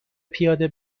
پیاده